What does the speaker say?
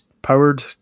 powered